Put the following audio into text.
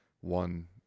one